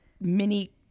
mini